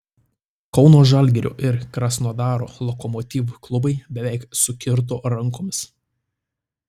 kauno žalgirio ir krasnodaro lokomotiv klubai beveik sukirto rankomis